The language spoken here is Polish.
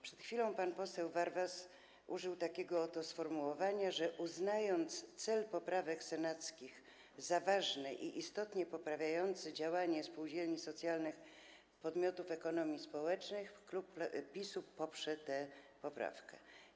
Przed chwilą pan poseł Warwas użył takiego oto sformułowania, że uznając cel poprawek senackich za ważny i istotnie poprawiający działanie spółdzielni socjalnych, podmiotów ekonomii społecznej, klub PiS-u poprze zgłoszoną poprawkę.